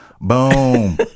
boom